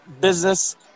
business